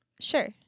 sure